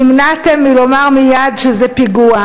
נמנעתם מלומר מייד שזה פיגוע?